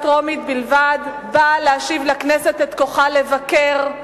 טרומית בלבד באה להשיב לכנסת את כוחה לבקר,